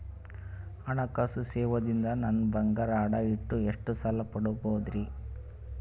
ಹಣಕಾಸು ಸೇವಾ ದಿಂದ ನನ್ ಬಂಗಾರ ಅಡಾ ಇಟ್ಟು ಎಷ್ಟ ಸಾಲ ಪಡಿಬೋದರಿ?